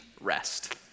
rest